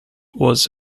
was